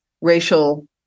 racial